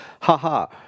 ha-ha